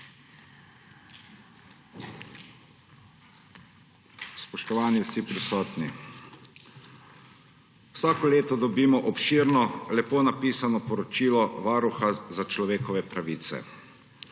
Vsako leto dobimo obširno, lepo napisano poročilo Varuha človekovih pravic.